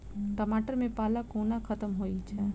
टमाटर मे पाला कोना खत्म होइ छै?